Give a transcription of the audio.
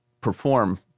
perform